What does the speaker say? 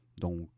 Donc